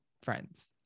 friends